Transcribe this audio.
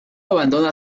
abandona